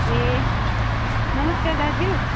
ए नमस्कार दाजु